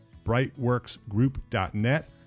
brightworksgroup.net